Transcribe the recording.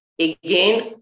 again